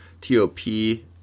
T-O-P